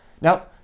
Now